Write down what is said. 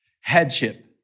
headship